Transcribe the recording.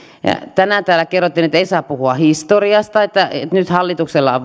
tänään täällä kerrottiin että ei saa puhua historiasta että nyt hallituksella on